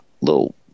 little